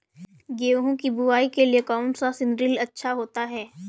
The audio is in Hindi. गेहूँ की बुवाई के लिए कौन सा सीद्रिल अच्छा होता है?